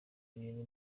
ibintu